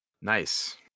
Nice